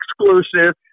exclusive